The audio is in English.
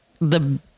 the-